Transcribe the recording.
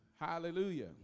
Hallelujah